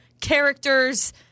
characters